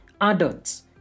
adults